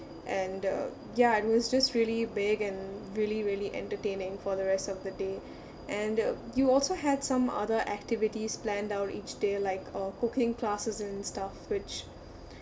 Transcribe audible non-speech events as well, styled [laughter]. and uh ya it was just really big and really really entertaining for the rest of the day [breath] and uh you also had some other activities planned out each day like uh cooking classes and stuff which